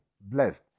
blessed